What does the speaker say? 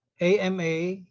AMA